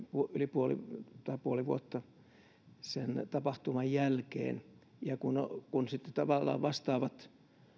puoli puoli vuotta sen tapahtuman jälkeen kun kun sitten tavallaan vastaavat